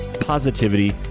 positivity